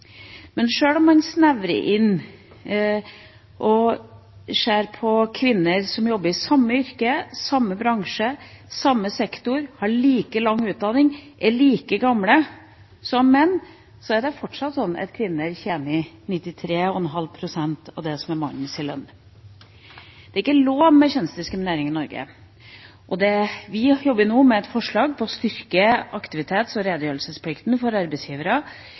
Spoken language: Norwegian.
Men sjøl om man snevrer inn og ser på kvinner som jobber i samme yrke, samme bransje, samme sektor, har like lang utdanning og er like gamle som menn, er det fortsatt sånn at kvinner tjener 93,5 pst. av det som er mannens lønn. Det er ikke lov med lønnsdiskriminering i Norge, og vi jobber nå med et forslag om å styrke aktivitets- og redegjørelsesplikten for arbeidsgivere